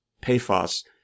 Paphos